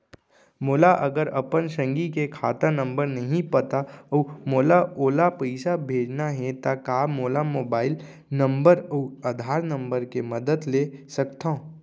मोला अगर अपन संगी के खाता नंबर नहीं पता अऊ मोला ओला पइसा भेजना हे ता का मोबाईल नंबर अऊ आधार नंबर के मदद ले सकथव?